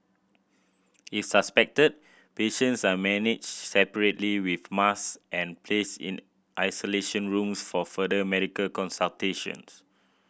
if suspected patients are managed separately with masks and placed in isolation rooms for further medical consultation